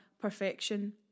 perfection